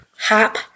Hop